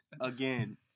again